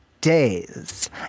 days